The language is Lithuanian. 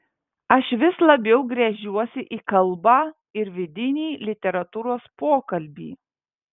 aš vis labiau gręžiuosi į kalbą ir vidinį literatūros pokalbį